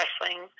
wrestling